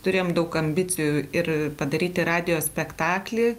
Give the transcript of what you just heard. turim daug ambicijų ir padaryti radijo spektaklį